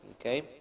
Okay